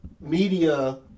media